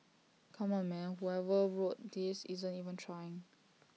come on man whoever wrote this isn't even trying